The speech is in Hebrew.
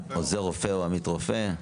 עוזר רופא או עמית רופא.